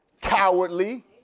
cowardly